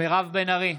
מירב בן ארי,